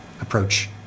approach